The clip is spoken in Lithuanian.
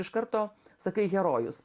iš karto sakai herojus